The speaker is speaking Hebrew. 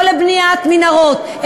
לא לבניית מנהרות,